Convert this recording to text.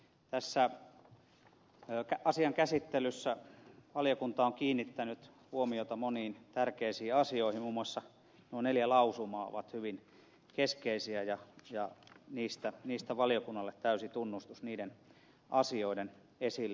tässä asian käsittelyssä valiokunta on kiinnittänyt huomiota moniin tärkeisiin asioihin muun muassa nuo neljä lausumaa ovat hyvin keskeisiä ja valiokunnalle täysi tunnustus niiden asioiden esille ottamisesta